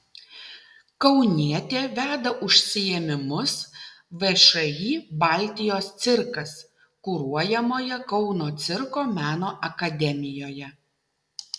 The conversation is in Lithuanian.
kaunietė veda užsiėmimus všį baltijos cirkas kuruojamoje kauno cirko meno akademijoje